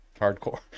hardcore